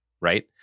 right